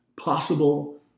possible